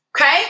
okay